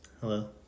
Hello